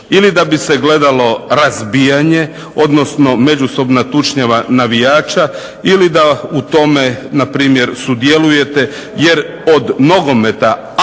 ili da bi se gledalo razbijanje, odnosno međusobna tučnjava navijača ili da u tome npr. sudjelujete jer od nogometa